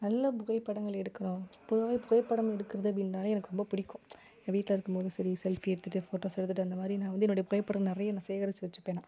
நல்ல புகைப்படங்கள் எடுக்கிறோம் பொதுவாகவே புகைப்படம் எடுக்கிறது அப்படின்னாலே எனக்கு ரொம்ப பிடிக்கும் ஏன் வீட்டில் இருக்கும்போதும் சரி செல்ஃபி எடுத்துட்டு ஃபோட்டோஸ் எடுத்துட்டு அந்த மாதிரி நான் வந்து என்னுடைய புகைப்படம் நிறைய நான் சேகரித்து வச்சுப்பேன் நான்